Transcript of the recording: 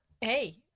Hey